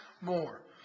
more